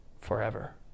forever